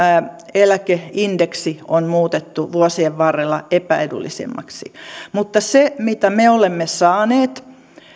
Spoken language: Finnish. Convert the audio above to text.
eläkeindeksi on muutettu vuosien varrella epäedullisemmaksi mutta se mitä me olemme saaneet